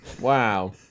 Wow